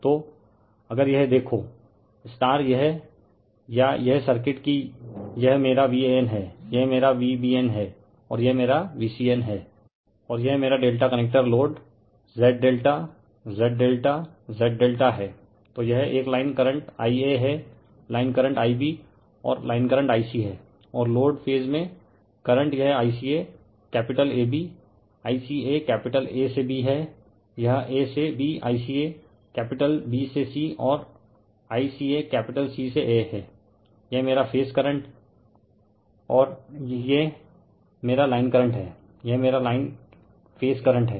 तो अगर यह देखो यह या यह सर्किट कि यह मेरा Van है यह मेरा Vbn है और यह मेरा Vcn है और यह मेरा ∆ कनेक्टर लोड Z∆Z∆Z ∆ है तो यह एक लाइन करंट Ia हैं लाइन करंट Ib और लाइन करंट Ic है और लोड फेज में करंट यह ICA capital AB ICA capital A से B है यह A से B ICA कैपिटल B से C और ICA कैपिटल C से A है यह मेरा फेज करंट और हैं और यह मेरा लाइन करंट है यह मेरा लाइन फेज करंट है